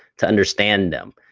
to understand them,